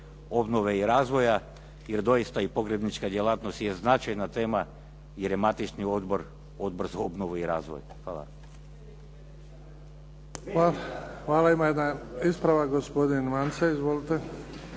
obnove i razvoja, jer doista i pogrebnička djelatnost je značajna tema, jer je matični odbor, Odbor za obnovu i razvoj. Hvala. **Bebić, Luka (HDZ)** Hvala. Ima jedan ispravak gospodin Mance. Izvolite.